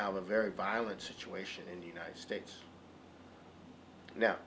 have a very violent situation in the united states now